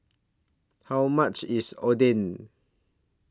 How much IS Oden